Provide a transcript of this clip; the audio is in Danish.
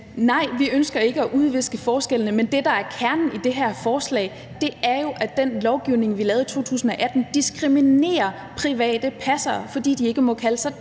nej, vi ønsker ikke at udviske forskellene, men det, der er kernen i det her forslag, er jo, at den lovgivning, vi lavede i 2018, diskriminerer private passere, fordi de ikke må kalde sig dagplejere